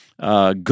Go